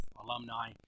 alumni